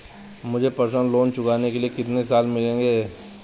मुझे personal loan चुकाने के लिए कितने साल मिलेंगे?